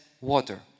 water